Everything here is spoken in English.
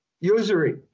Usury